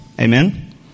Amen